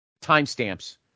Timestamps